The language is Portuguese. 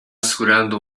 segurando